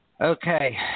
Okay